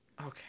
Okay